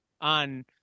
on